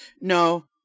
No